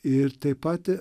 ir taip pat